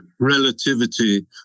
relativity